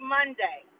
Monday